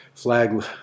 flag